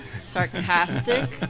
sarcastic